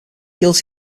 guilty